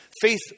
faith